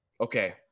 Okay